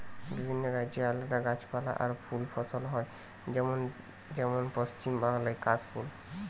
বিভিন্ন রাজ্যে আলদা গাছপালা আর ফুল ফসল হয় যেমন যেমন পশ্চিম বাংলায় কাশ ফুল